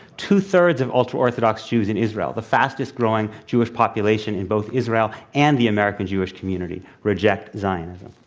two thirds of ultra-orthodox jews in israel, the fastest growing jewish population in both israel and the american jewish community, reject zionism.